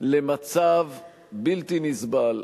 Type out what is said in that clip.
למצב בלתי נסבל,